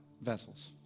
vessels